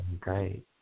great